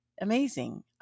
amazing